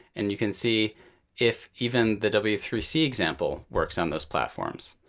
and you can see if even the w three c example works on those platforms.